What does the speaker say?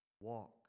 walk